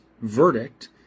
verdict